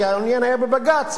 כי העניין היה בבג"ץ,